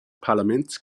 parlaments